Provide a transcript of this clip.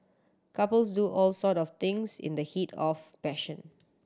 couples do all sort of things in the heat of passion